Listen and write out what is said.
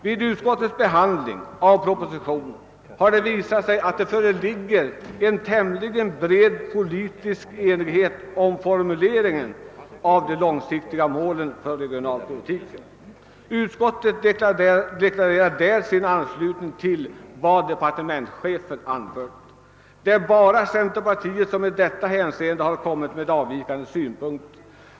Vid utskottets behandling av propositionen har det visat sig att det föreligger en tämligen bred politisk enighet om formuleringen av de långsiktiga målen för regionalpolitiken. Utskottet deklarerar därvidlag sin anslutning till vad departementschefen anfört. Det är bara centerpartiet som i detta hänseende har kommit med avvikande synpunkter.